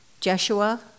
Jeshua